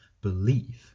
believe